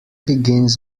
begins